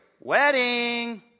Wedding